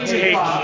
take